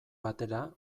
batera